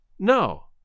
No